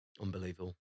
Unbelievable